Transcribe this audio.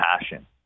passion